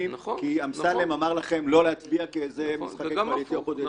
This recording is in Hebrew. כי אמסלם אמר לכם לא להצביע כי אלו משחקי קואליציה- אופוזיציה.